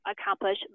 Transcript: accomplish